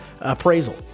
appraisal